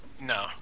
no